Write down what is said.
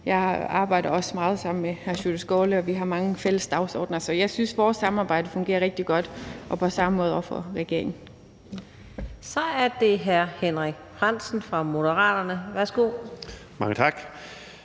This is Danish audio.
jeg arbejder også meget sammen med hr. Sjúrður Skaale, og vi har mange fælles dagsordener. Så jeg synes, vores samarbejde fungerer rigtig godt og på samme måde over for regeringen. Kl. 14:00 Fjerde næstformand